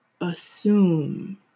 assume